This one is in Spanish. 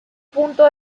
punto